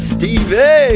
Stevie